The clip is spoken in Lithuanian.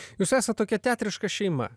jūs esat tokia teatriška šeima